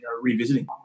revisiting